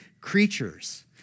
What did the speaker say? creatures